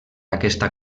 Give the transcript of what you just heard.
aquesta